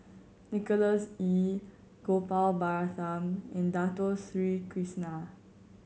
Nicholas Ee Gopal Baratham and Dato Sri Krishna